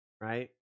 right